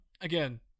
again